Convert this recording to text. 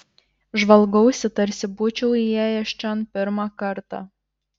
žvalgausi tarsi būčiau įėjęs čion pirmą kartą